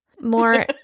more